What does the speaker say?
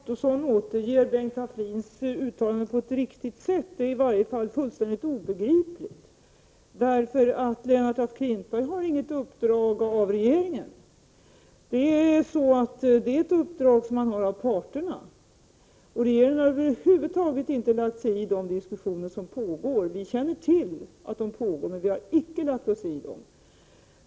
Herr talman! Jag vet inte om Roy Ottosson återger Bengt Taflins uttalande på ett riktigt sätt. Det är i varje fall fullständigt obegripligt. För det första har Lennart af Klintberg inget uppdrag från regeringen. Det är ett uppdrag som han har fått av parterna. Regeringen har över huvud taget inte lagt sigi de diskussioner som pågår. Vi känner till att de pågår, men vi har icke lagt oss i dem.